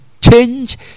change